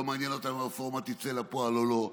לא מעניין אותם אם הרפורמה תצא לפועל או לא,